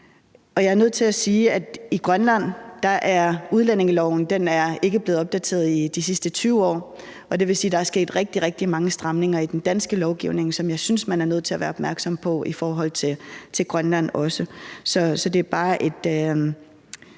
jeg er nødt til at sige, at i Grønland er udlændingeloven ikke blevet opdateret i de sidste 20 år, og det vil sige, at der er sket rigtig, rigtig mange stramninger af den danske lovgivning, som jeg synes man er nødt til at være opmærksom på også i forhold til Grønland.